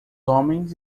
homens